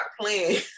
playing